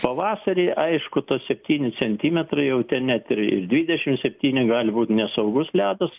pavasarį aišku tos septyni centimetrai jau ten net ir ir dvidešimt septyni gali būt nesaugus ledas